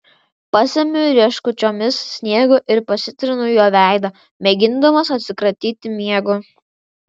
pasemiu rieškučiomis sniego ir pasitrinu juo veidą mėgindamas atsikratyti miego